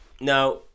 Now